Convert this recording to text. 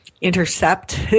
intercept